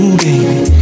baby